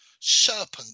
serpent